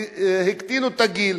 הקטינו את הגיל